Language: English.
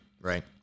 right